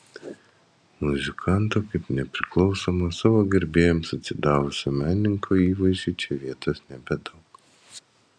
muzikanto kaip nepriklausomo savo gerbėjams atsidavusio menininko įvaizdžiui čia vietos nebedaug